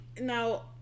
now